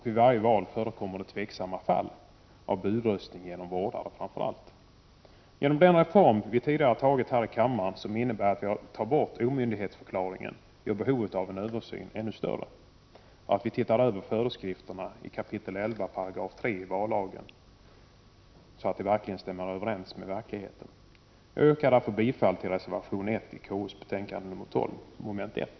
Vid varje val förekommer tvivelaktiga fall. Det gäller framför allt budröstning genom vårdare. Genom den reform som vi tidigare har beslutat om här i kammaren, som innebär att vi tar bort omyndigförklarande, blir behovet av en översyn ännu större. Vi bör se över föreskrifterna i 11 kap. 3 § vallagen, så att de stämmer överens med verkligheten. Jag yrkar därför bifall till reservation 1 i KU:s betänkande nr 12, mom. 1.